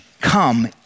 come